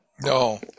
No